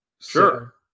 Sure